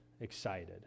excited